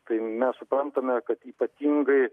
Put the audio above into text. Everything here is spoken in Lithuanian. tai mes suprantame kad ypatingai